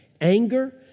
anger